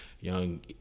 Young